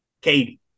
Katie